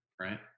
right